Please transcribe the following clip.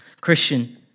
Christian